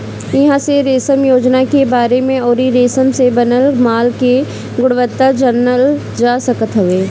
इहां से रेशम योजना के बारे में अउरी रेशम से बनल माल के गुणवत्ता जानल जा सकत हवे